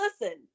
listen